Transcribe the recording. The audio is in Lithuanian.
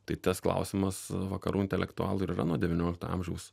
tai tas klausimas vakarų intelektualų ir yra nuo devyniolikto amžiaus